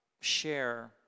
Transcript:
share